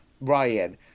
Ryan